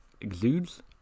exudes